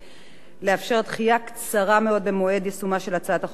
לאפשר דחייה קצרה במועד יישומו של החוק שבנדון.